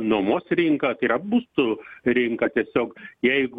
nuomos rinką tai yra būstų rinką tiesiog jeigu